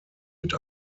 mit